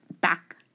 back